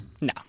No